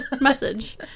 message